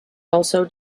also